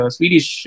Swedish